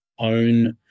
Own